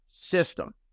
system